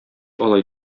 алай